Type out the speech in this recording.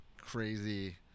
crazy